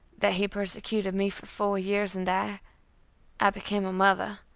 that he persecuted me for four years, and i i became a mother.